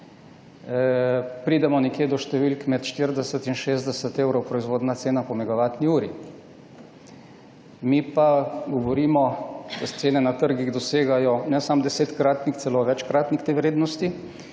pridemo nekje do številk, da je med 40 in 60 evrov proizvodna cena po megavatni uri. Mi pa govorimo, da cene na trgih dosegajo ne samo desetkratnik, celo večkratnik te vrednosti.